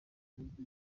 nubwo